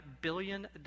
billion